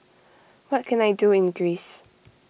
what can I do in Greece